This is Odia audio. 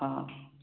ହଁ